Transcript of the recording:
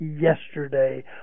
yesterday